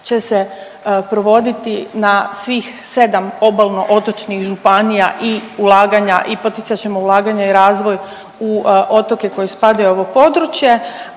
će se provoditi na svih 7 obalno otočnih županija i ulaganja i poticat ćemo i ulaganja u razvoj u otoke koji spadaju u ovo područje,